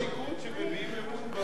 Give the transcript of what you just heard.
יש אנשי ליכוד שמביעים אמון,